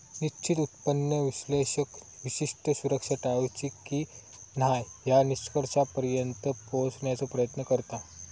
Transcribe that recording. निश्चित उत्पन्न विश्लेषक विशिष्ट सुरक्षा टाळूची की न्हाय या निष्कर्षापर्यंत पोहोचण्याचो प्रयत्न करता